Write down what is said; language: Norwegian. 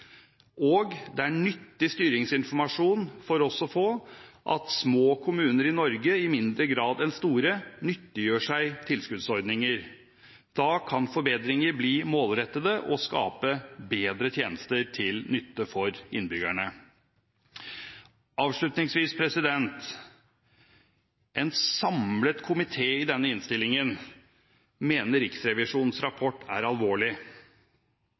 Det er nyttig styringsinformasjon for oss å få at små kommuner i Norge i mindre grad enn store nyttiggjør seg tilskuddsordninger. Da kan forbedringer bli målrettede og skape bedre tjenester, til nytte for innbyggerne. Avslutningsvis: En samlet komité mener i denne innstillingen at Riksrevisjonens rapport er alvorlig,